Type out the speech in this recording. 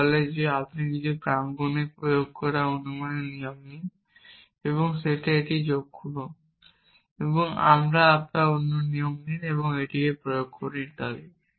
যা বলে যে আপনি কিছু প্রাঙ্গনে প্রয়োগ করা অনুমানের নিয়ম নিন এবং সেটে একটি নতুন যোগ করুন এবং তারপর আবার অন্য নিয়ম নিন এবং এটি প্রয়োগ করুন ইত্যাদি